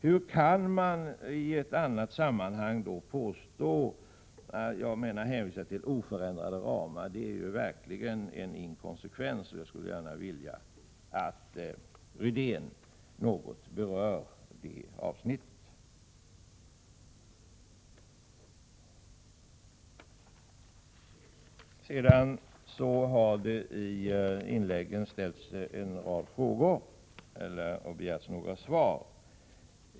Hur kan ni i ett annat sammanhang påstå att ramarna är oförändrade? Det är verkligen inkonsekvent. Jag skulle vilja att Rune Rydén något kommenterade detta. Det har i de föregående inläggen ställts ett antal frågor och begärts en del svar.